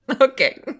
Okay